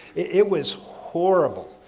it was horrible.